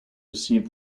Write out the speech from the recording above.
receive